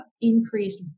increased